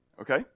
Okay